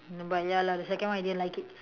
but ya lah the second one I didn't like it